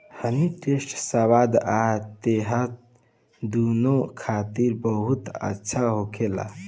हनी toast स्वाद आ सेहत दूनो खातिर बहुत अच्छा होखेला